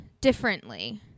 differently